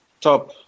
top